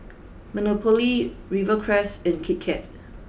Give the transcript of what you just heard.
Monopoly Rivercrest and Kit Kat